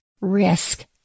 risk